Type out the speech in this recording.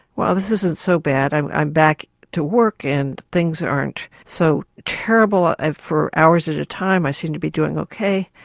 well this isn't so bad, i'm i'm back to work and things aren't so terrible for hours at a time, i seem to be doing ok.